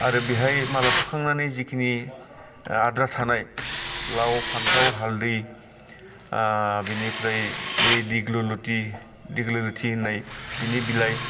आरो बेहाय माला सुखांनानै जिखिनि आद्रा थानाय लाव फान्थाव हालदै ओ बिनिफ्राय बै दिग्लु लुथि दिग्लु लुथि होननाय बिनि बिलाइ